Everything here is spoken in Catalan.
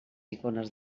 icones